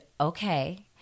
okay